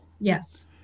Yes